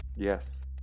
Yes